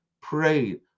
prayed